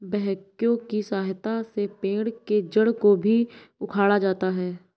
backhoe की सहायता से पेड़ के जड़ को भी उखाड़ा जाता है